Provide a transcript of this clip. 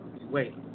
Wait